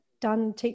done